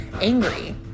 angry